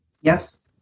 Yes